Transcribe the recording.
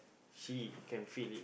he can feel it